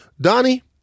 Donnie